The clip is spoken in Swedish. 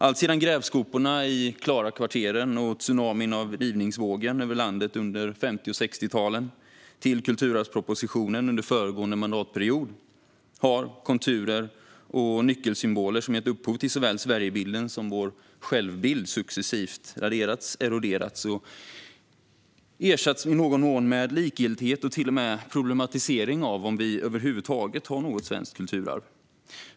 Från det att grävskoporna skickades till Klarakvarteren och rivningsvågen drog över landet under 50 och 60-talen och fram till kulturarvspropositionen under föregående mandatperiod har konturer och nyckelsymboler som gett upphov till såväl Sverigebilden som vår självbild successivt raderats, eroderats och i någon mån ersatts med likgiltighet och till och med problematisering av om vi över huvud taget har något svenskt kulturarv.